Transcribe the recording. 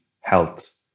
health